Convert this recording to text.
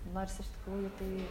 nors iš tikrųjų tai